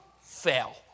fell